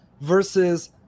versus